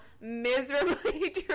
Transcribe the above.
miserably